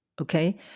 okay